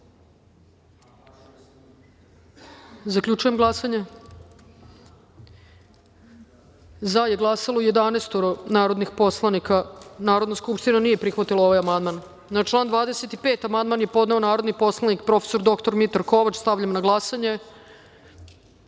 glasanje. Zaključujem glasanje: za je glasalo 11 narodnih poslanika. Narodna skupština nije prihvatila ovaj amandman. Na član 25. amandman je podneo narodni poslanik prof. dr Mitar Kovač. Stavljam na